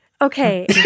Okay